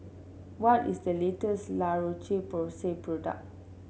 what is the latest La Roche Porsay product